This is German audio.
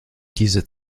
diese